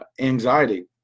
anxiety